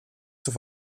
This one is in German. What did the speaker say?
zur